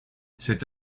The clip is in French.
c’est